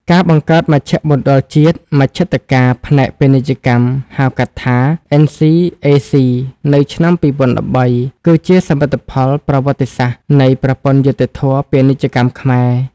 ការបង្កើតមជ្ឈមណ្ឌលជាតិមជ្ឈត្តការផ្នែកពាណិជ្ជកម្ម (ហៅកាត់ថា NCAC) នៅឆ្នាំ ២០១៣ គឺជាសមិទ្ធផលប្រវត្តិសាស្ត្រនៃប្រព័ន្ធយុត្តិធម៌ពាណិជ្ជកម្មខ្មែរ។